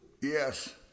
yes